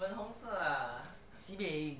粉红色 ah sibeh